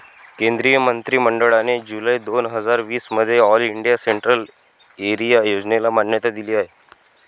केंद्रीय मंत्रि मंडळाने जुलै दोन हजार वीस मध्ये ऑल इंडिया सेंट्रल एरिया योजनेला मान्यता दिली आहे